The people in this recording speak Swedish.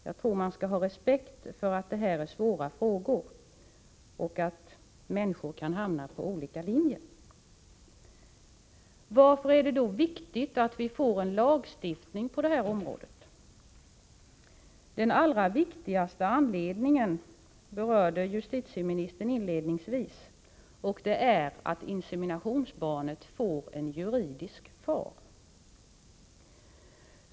Man bör ha respekt för att detta är svåra frågor och för att människor kan komma att följa olika linjer. Varför är det viktigt att vi får en lagstiftning på det här området? Den allra viktigaste anledningen berörde justitieministern inledningsvis i debatten, och den är att inseminationsbarnet får en juridisk far.